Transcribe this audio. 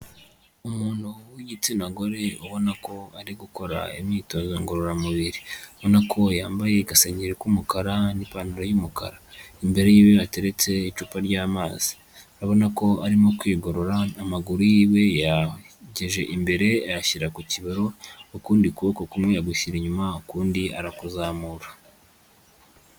Umuntu w'igitsina gore ubona ko ari gukora imyitozo ngororamubiri, ubonako yambaye agasengeri k'umukara n'ipantaro y'umukara, imbere y'iwe hateretse icupa ry'amazi, uraabona ko arimo kwigorora, n'amaguru yiwe yayegeje imbere ayashyira ku kibero ukundi kuboko kumwe agushyira inyuma ukundi arakuzamura.